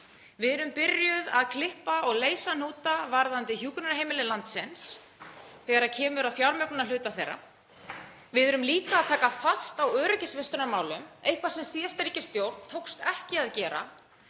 Við erum byrjuð að klippa á og leysa hnúta varðandi hjúkrunarheimili landsins þegar kemur að fjármögnunarhluta þeirra. Við erum líka að taka fast á öryggisvistunarmálum, eitthvað sem síðustu ríkisstjórn tókst ekki að gera.